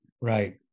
Right